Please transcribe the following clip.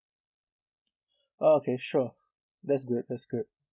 oh okay sure that's good that's good